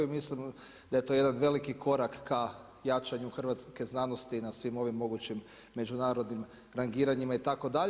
Mislim da je to jedan veliki korak k jačanju hrvatske znanosti na svim ovim mogućim međunarodnim rangiranjima itd.